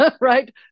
Right